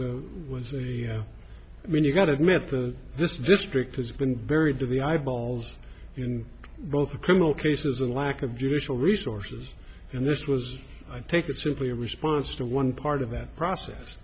a was in the i mean you've got to admit that this district has been very do the eyeballs in both the criminal cases and lack of judicial resources and this was i take it simply a response to one part of that process